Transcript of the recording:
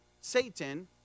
Satan